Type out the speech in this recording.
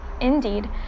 Indeed